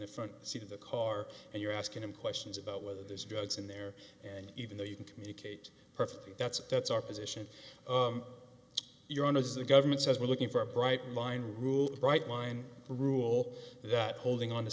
the front seat of the car and you're asking them questions about whether there's drugs in there and even though you can communicate perfectly that's that's our position you're honest the government says we're looking for a bright line rule bright line rule that holding on to